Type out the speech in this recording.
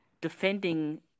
defending